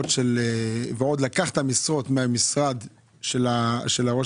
המשרות ועוד לקחת משרות מהמשרד של ראש